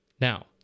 Now